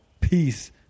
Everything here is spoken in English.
Peace